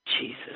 Jesus